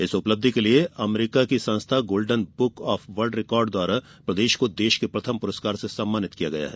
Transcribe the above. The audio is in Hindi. इस उपलब्धि के लिये अमेरिका की संस्था Golden Book of World Record द्वारा प्रदेश को देश के प्रथम पुरस्कार से सम्मानित किया गया है